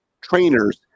trainers